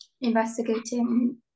investigating